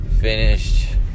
finished